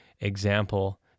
example